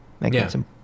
mechanism